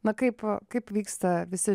na kaip kaip vyksta visi